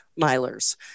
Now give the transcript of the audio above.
milers